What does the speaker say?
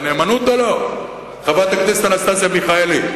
זו נאמנות או לא, חברת הכנסת אנסטסיה מיכאלי?